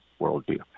worldview